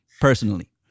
personally